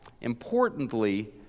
importantly